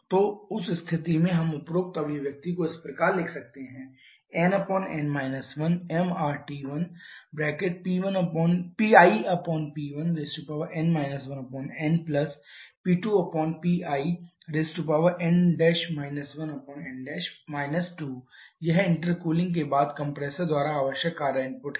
तो उस स्थिति में हम उपरोक्त अभिव्यक्ति को इस प्रकार लिख सकते हैं nn 1mRT1PlP1n 1nP2Plń 1ń 2 यह इंटरकूलिंग के बाद कंप्रेसर द्वारा आवश्यक कार्य इनपुट है